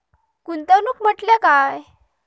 गुंतवणूक म्हटल्या काय?